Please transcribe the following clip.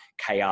KR